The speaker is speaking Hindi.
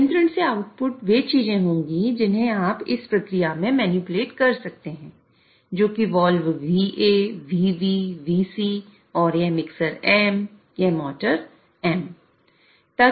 नियंत्रण से आउटपुट वे चीजें होंगी जिन्हें आप इस प्रक्रिया में मैनिपुलेट कर सकते हैं जो कि वाल्व VA VB VC और यह मिक्सर M यह मोटर M